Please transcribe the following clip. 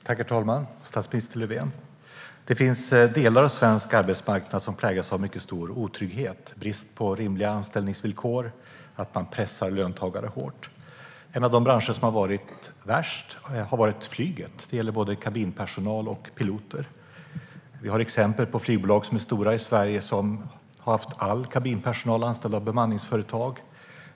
Herr talman! Statsminister Löfven! Det finns delar av svensk arbetsmarknad som präglas av mycket stor otrygghet. Det är brist på rimliga anställningsvillkor, och man pressar löntagare hårt. En av de branscher som har varit värst är flyget. Det gäller både kabinpersonal och piloter. Vi har exempel på flygbolag som är stora i Sverige som har haft all kabinpersonal anställd av bemanningsföretag.